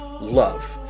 love